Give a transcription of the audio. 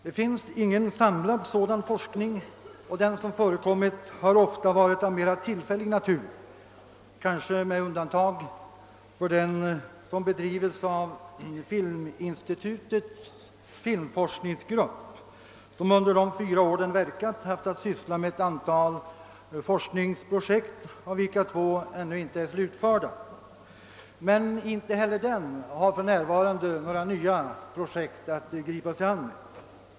Det finns ingen samlad sådan forskning, och den som förekommit har ofta varit av mera tillfällig natur — kanske med undantag för den forskning som har bedrivits av filminstitutets filmforskningsgrupp, vilken under de fyra år den verkat har sysslat med ett antal forskningsprojekt, därav två ännu inte slutförda. Inte heller den gruppen har emellertid för närvarande några nya projekt att gripa sig an.